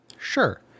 Sure